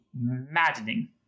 maddening